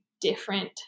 different